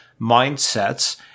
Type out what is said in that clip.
mindsets